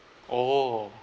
oh